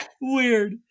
Weird